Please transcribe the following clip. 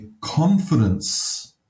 confidence